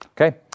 Okay